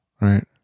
Right